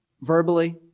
verbally